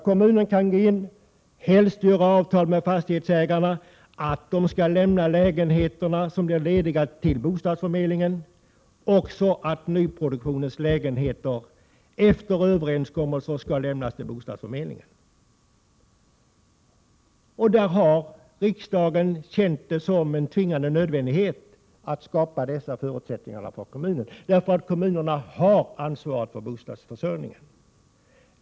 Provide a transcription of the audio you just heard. Kommunen kan gå in och helst sluta avtal med fastighetsägarna om att dessa skall lämna lägenheter som blir lediga till bostadsförmedlingen och att nyproduktionens lägenheter efter överenskommelse skall lämnas till bostadsförmedlingen. Riksdagen har känt det som en tvingande nödvändighet att skapa dessa förutsättningar för kommunerna, eftersom dessa har ansvar för bostadsförsörjningen.